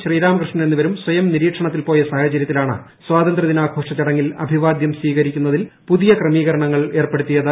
ശ്രീരാമകൃഷ്ണൻ എന്നിവരും സ്വയം നിരീക്ഷണത്തിൽ പോയൂ സാഹചരൃത്തിലാണ് സ്വാതന്ത്രൃദിനാഘോഷ ചടങ്ങിൽ അഭിപ്പിട്ടും സ്വീകരിക്കുന്നതിൽ പുതിയ ക്രമീകരണങ്ങൾ ഏർപ്പെടുത്തീയുത്